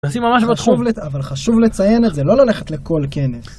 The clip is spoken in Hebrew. ממש בתחום. אבל חשוב לציין את זה, לא ללכת לכל כנס.